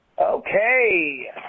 Okay